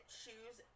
shoes